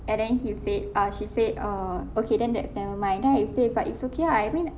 and then he said ah she said err okay then that's nevermind then I said but it's okay ah I mean